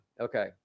Okay